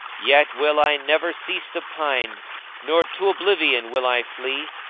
yet will i never cease to pine nor to oblivion will i flee.